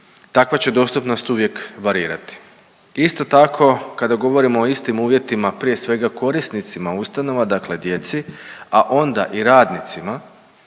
takva će dostupnost uvijek varirati. Isto tako kada govorimo o istim uvjetima, prije svega korisnicima ustanova, dakle djeci, a onda i radnicima,